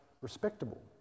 respectable